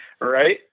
Right